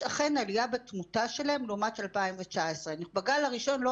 יש אכן עליה בתמותה שלהם לעומת 2019. בגל הראשון לא